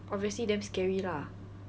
obviously damn scary lah